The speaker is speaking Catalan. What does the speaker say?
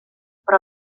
però